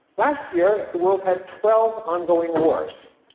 last year, the world had twelve ongoing wars,